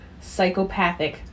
psychopathic